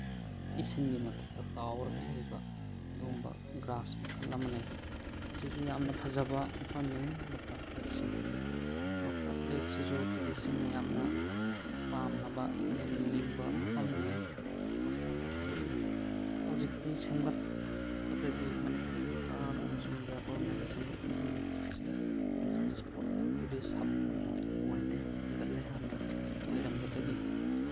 ꯏꯁꯤꯡꯒꯤ ꯃꯊꯛꯇ ꯇꯥꯎꯔꯒ ꯂꯩꯕ ꯑꯗꯨꯒꯨꯝꯕ ꯒ꯭ꯔꯥꯁ ꯃꯈꯜ ꯑꯃꯅꯦꯕ ꯑꯁꯤꯁꯨ ꯌꯥꯝꯅ ꯐꯖꯕ ꯃꯐꯝꯅꯤ ꯂꯣꯛꯇꯥꯛ ꯂꯦꯛꯁꯤ ꯂꯣꯛꯇꯥꯛ ꯂꯦꯛꯁꯤꯁꯨ ꯇꯨꯔꯤꯁꯁꯤꯡꯅ ꯌꯥꯝꯅ ꯄꯥꯝꯅꯕ ꯌꯦꯡꯅꯤꯡꯕ ꯃꯐꯝꯅꯦ ꯂꯣꯛꯇꯥꯛꯁꯤ ꯍꯧꯖꯤꯛꯇꯤ ꯁꯦꯝꯒꯠꯄꯗꯒꯤ ꯃꯅꯤꯄꯨꯔ ꯁꯔꯀꯥꯔ ꯑꯃꯁꯨꯡ ꯏꯟꯗꯤꯌꯥ ꯒꯣꯃꯦꯟꯅ ꯁꯦꯝꯒꯠꯄꯗꯒꯤ ꯂꯣꯛꯇꯥꯛꯁꯦ ꯇꯨꯔꯤꯁ ꯏꯁꯄꯣꯠ ꯇꯨꯔꯤꯁ ꯍꯕ ꯑꯣꯏꯅ ꯑꯣꯏꯔꯦ ꯍꯦꯟꯒꯠꯂꯦ ꯍꯥꯟꯅ ꯑꯣꯏꯔꯝꯕꯗꯒꯤ